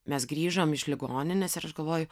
mes grįžom iš ligoninės ir aš galvoju